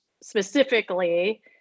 specifically